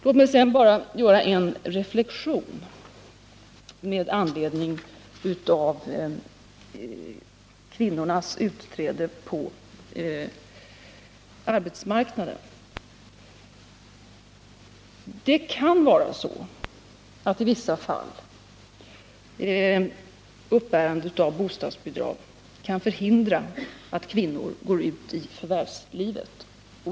Låt mig sedan bara göra en reflexion om kvinnornas utträde på arbetsmarknaden. Det kan vara så att uppbärande av bostadsbidrag i vissa fall kan förhindra att kvinnor går ut i förvärvslivet.